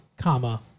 comma